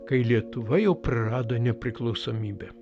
kai lietuva jau prarado nepriklausomybę